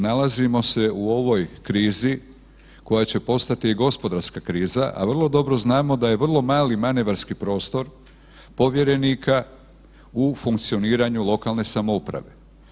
Nalazimo se u ovoj krizi koja će postati gospodarska kriza, a vrlo dobro znamo da je vrlo mali manevarski prostor povjerenika u funkcioniranju lokalne samouprave.